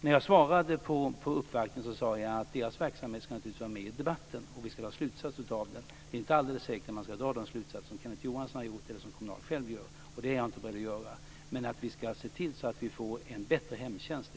När jag svarade på uppvaktningen sade jag att Kommunals verksamhet naturligtvis ska vara med i debatten och att vi ska dra slutsatser av den. Det är inte alldeles säkert att man ska dra de slutsatser som dras från Kenneth Johanssons eller Kommunals sida. Det är jag inte beredd att göra, men det är viktigt att se till att vi får en bättre hemtjänst.